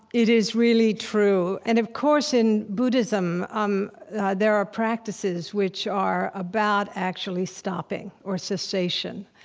it is really true. and of course, in buddhism um there are practices which are about actually stopping, or cessation,